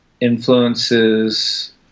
influences